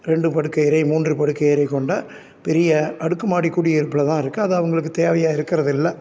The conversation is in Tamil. இரண்டு படுக்கை அறை மூன்று படுக்கை அறை கொண்ட பெரிய அடுக்குமாடி குடியிருப்பில் தான் இருக்குது அது அவங்களுக்கு தேவையாக இருக்கிறதில்ல